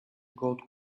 gold